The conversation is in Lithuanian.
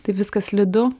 taip viskas slidu